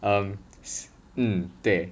um mm 对